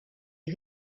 est